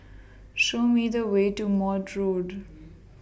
Show Me The Way to Maude Road